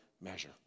measure